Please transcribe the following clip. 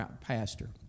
pastor